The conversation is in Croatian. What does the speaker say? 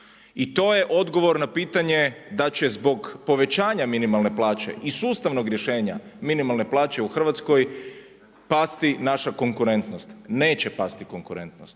I to je odgovor na pitanje da će zbog povećanje minimalne plaće i sustavnog rješenja minimalne plaće u Hrvatskoj pasti naša konkurentnost. Neće pasti konkurentnost.